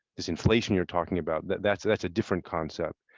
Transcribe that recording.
this inflation you're talking about, that's that's a different concept.